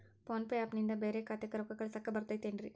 Phone pay app ನಿಂದ ಬ್ಯಾರೆ ಖಾತೆಕ್ ರೊಕ್ಕಾ ಕಳಸಾಕ್ ಬರತೈತೇನ್ರೇ?